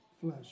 flesh